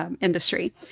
industry